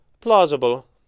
Plausible